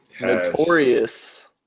notorious